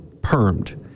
permed